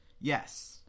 Yes